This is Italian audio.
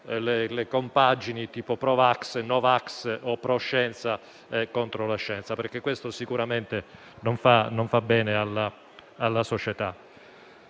compagini tipo pro vax, no vax o pro scienza, contro la scienza. Questo sicuramente non fa bene alla società.